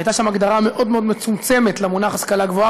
הייתה שם הגדרה מאוד מאוד מצומצמת של המונח "השכלה גבוהה",